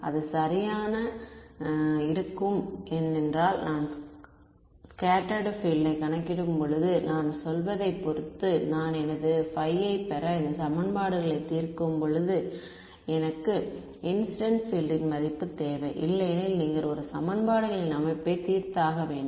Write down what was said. அது சரியாக இருக்கும் ஏனென்றால் நான் ஸ்கேட்டர்டு பீல்ட் யை கணக்கிடும்போது நான் சொல்வதைப் பொறுத்து நான் எனது φ யை பெற இந்த சமன்பாடுகளை தீர்க்கும்போது எனக்கு இன்சிடென்ட் பீல்ட் ன் மதிப்பு தேவை இல்லையெனில் நீங்கள் ஒரு சமன்பாடுகளின் அமைப்பை தீர்த்தாக வேண்டும்